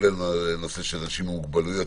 כולל אנשים עם מוגבלויות.